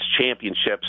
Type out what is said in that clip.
championships